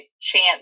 chance